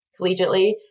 collegiately